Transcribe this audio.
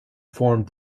formed